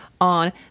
on